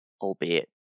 albeit